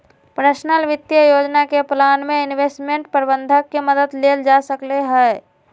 personal वित्तीय योजना के प्लान में इंवेस्टमेंट परबंधक के मदद लेल जा सकलई ह